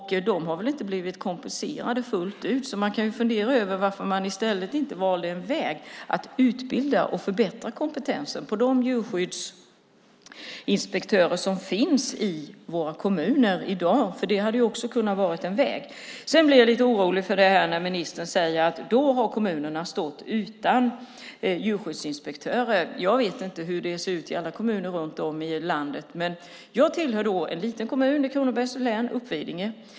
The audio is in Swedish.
Den har väl inte blivit kompenserad fullt ut. Man kan ju fundera över varför man inte i stället valde att utbilda och förbättra kompetensen hos de djurskyddsinspektörer som finns i våra kommuner i dag. Det hade också kunnat vara en väg. Sedan blir jag lite orolig när ministern säger: Då har kommunerna stått utan djurskyddsinspektörer. Jag vet inte hur det ser ut i alla kommuner runt om i landet. Men jag tillhör en liten kommun i Kronobergs län, Uppvidinge.